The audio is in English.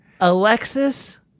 Alexis